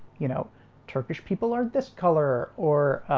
you know turkish people are this color or